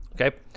okay